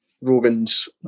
Rogan's